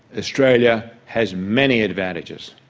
australia has many advantages.